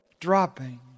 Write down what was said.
dropping